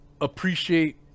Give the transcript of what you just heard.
appreciate